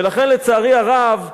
ולכן, לצערי הרב,